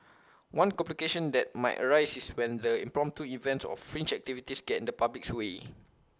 one complication that might arise is when the impromptu events or fringe activities get in the public's way